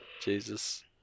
Jesus